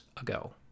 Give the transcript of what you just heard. ago